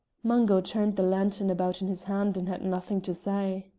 mungo turned the lantern about in his hand and had nothing to say.